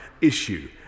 issue